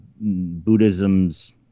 Buddhism's